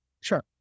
Sure